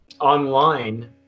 online